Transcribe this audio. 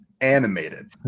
Animated